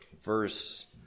verse